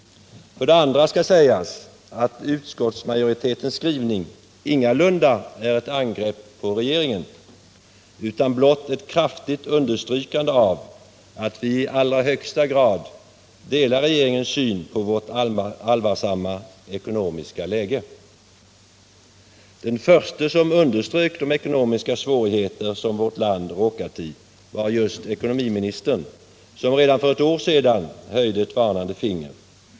För det andra skall sägas att utskottsmajoritetens skrivning ingalunda är ett angrepp på regeringen, utan blott ett kraftigt understrykande av att vi i allra högsta grad delar regeringens syn på vårt allvarliga ekonomiska läge. Den förste som underströk de ekonomiska svårigheter som vårt land råkat i var just ekonomiministern, som redan för ett år sedan höjde ett varnande finger.